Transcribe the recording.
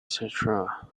cetera